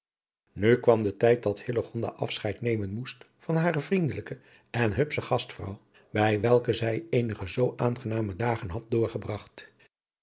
nu kwam de tijd dat hillegonda afscheid nemen moest van hare vriendelijke en hupsche gastvrouw bij welke zij eenige zoo aangename dagen had doorgebragt